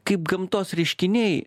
kaip gamtos reiškiniai